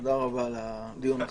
תודה רבה על הדיון החשוב.